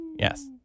Yes